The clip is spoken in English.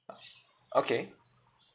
uh okay